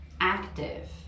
Active